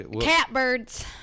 Catbirds